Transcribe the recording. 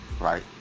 right